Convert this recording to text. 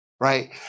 Right